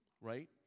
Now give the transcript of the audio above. right